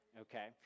okay